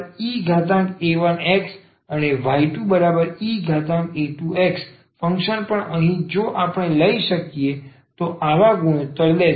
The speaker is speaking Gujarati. y1e1x અને y2e2x ફંક્શન પણ અહીં જો આપણે લઈએ તો તેઓ આવા ગુણોત્તર લે છે